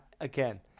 Again